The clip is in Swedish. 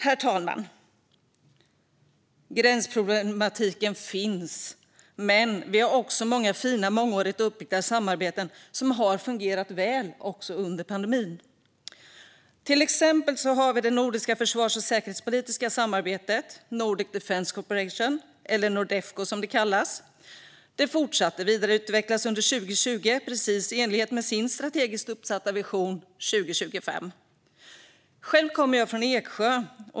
Herr talman! Gränsproblematiken finns, men vi har också många fina mångårigt uppbyggda samarbeten som har fungerat väl också under pandemin. Till exempel har vi det nordiska försvars och säkerhetspolitiska samarbetet Nordic Defence Cooperation, eller Nordefco, som det kallas. Det fortsatte att vidareutvecklas under 2020, precis i enlighet med den strategiskt uppsatta visionen för 2025. Själv kommer jag från Eksjö.